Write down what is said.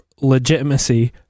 legitimacy